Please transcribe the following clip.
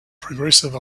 progressive